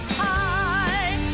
high